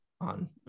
on